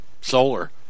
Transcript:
Solar